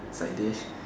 it's like they